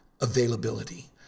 availability